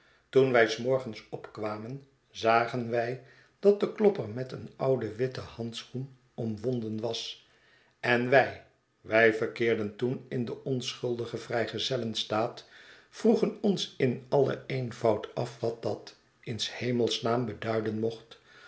toen wij j s morgens opkwamen zagen wij dat de klopper met een ouden witten handschoen omwonden was en wij wij verkeerden toen in den onschuldigen vrijgezellen staat vroegen ons in alien eenvoud af wat dat in s hemelsnaam beduiden moeht